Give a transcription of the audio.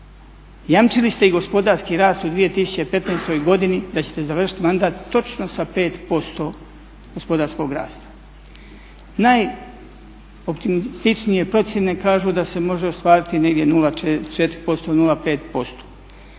Jamčili ste i gospodarski rast u 2015.godini da ćete završiti mandat točno sa 5% gospodarskog rasta. Najoptimističnije procjene kažu da se može ostvariti 0,4%, 0,5%